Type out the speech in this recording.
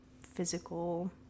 physical